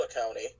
County